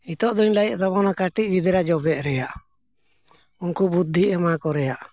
ᱱᱤᱛᱳᱜ ᱫᱚᱧ ᱞᱟᱹᱭᱮᱫ ᱛᱟᱵᱚᱱᱟ ᱠᱟᱹᱴᱤᱡ ᱜᱤᱫᱽᱨᱟᱹ ᱡᱚᱵᱮᱜ ᱨᱮᱭᱟᱜ ᱩᱱᱠᱩ ᱵᱩᱫᱽᱫᱷᱤ ᱮᱢᱟᱠᱚ ᱨᱮᱭᱟᱜ